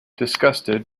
disgusted